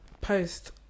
post